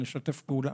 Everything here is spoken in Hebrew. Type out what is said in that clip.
נשתף פעולה,